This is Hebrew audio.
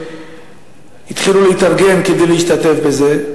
שהתחילו להתארגן כדי להשתתף בזה.